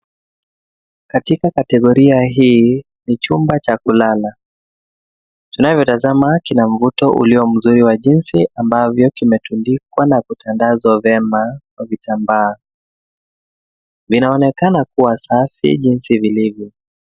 Katika kategoria hii, ni chumba cha kulala. Tunavyotazama kina mvuto ulio mzuri wa jinsi ambavyo kimetundikwa na kutandazwa vyema kwa vitambaa. Vinaonekana kuwa safi jinsi vilivyo.